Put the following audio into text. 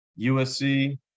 USC